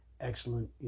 excellent